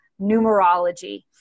numerology